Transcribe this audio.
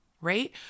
right